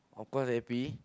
of course happy